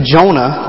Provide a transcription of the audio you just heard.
Jonah